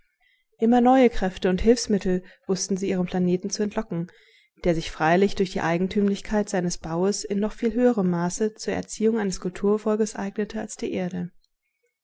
immer neue kräfte und hilfsmittel wußten sie ihrem planeten zu entlocken der sich freilich durch die eigentümlichkeit seines baues in noch viel höherem maß zur erziehung eines kulturvolkes eignete als die erde